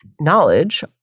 knowledge